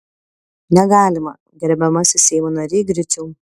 negalima gerbiamasis seimo nary griciau